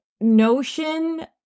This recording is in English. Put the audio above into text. notion